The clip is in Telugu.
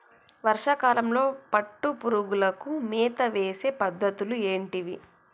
వర్షా కాలంలో పట్టు పురుగులకు మేత వేసే పద్ధతులు ఏంటివి?